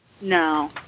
no